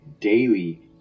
daily